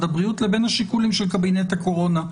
הבריאות לבין השיקולים של קבינט הקורונה,